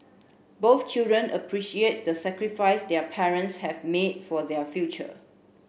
both children appreciate the sacrifice their parents have made for their future